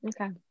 okay